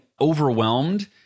overwhelmed